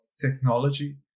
technology